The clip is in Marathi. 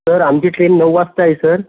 सर आमची ट्रेन नऊ वाजता आहे सर